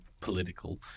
political